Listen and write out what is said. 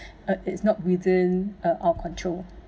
uh it's not within our our control